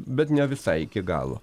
bet ne visai iki galo